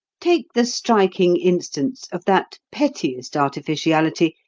take the striking instance of that pettiest artificiality,